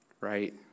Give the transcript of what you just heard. right